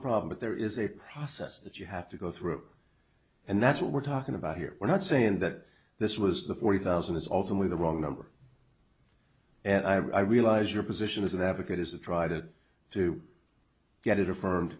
problem but there is a process that you have to go through and that's what we're talking about here we're not saying that this was the forty thousand is ultimately the wrong number and i realize your position as an advocate is a try to to get it affirmed